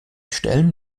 stellen